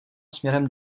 směrem